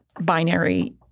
binary